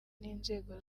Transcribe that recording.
n’inzego